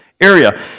area